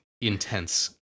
intense